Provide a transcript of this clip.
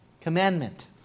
commandment